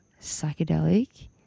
psychedelic